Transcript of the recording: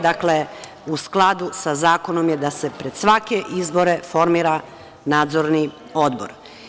Dakle, u skladu sa zakonom da se pred svake izbore formira Nadzorni odbor.